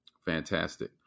Fantastic